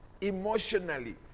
emotionally